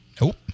Nope